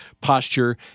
posture